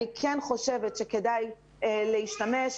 אני כן חושבת שכדאי להשתמש.